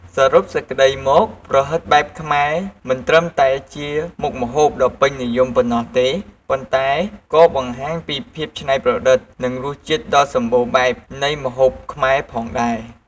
សរុបសេចក្តីមក ប្រហិតបែបខ្មែរមិនត្រឹមតែជាមុខម្ហូបដ៏ពេញនិយមប៉ុណ្ណោះទេ ប៉ុន្តែក៏បង្ហាញពីភាពច្នៃប្រឌិត និងរសជាតិដ៏សម្បូរបែបនៃម្ហូបខ្មែរផងដែរ។